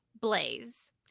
Blaze